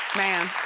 man.